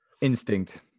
Instinct